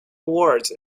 awards